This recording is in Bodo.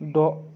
द'